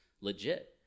legit